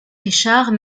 richard